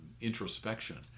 introspection